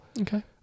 Okay